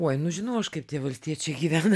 oi nu žinau aš kaip tie valstiečiai gyvena